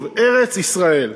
ארץ-ישראל.